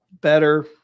better